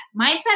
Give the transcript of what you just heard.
Mindset